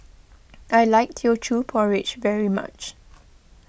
I like Teochew Porridge very much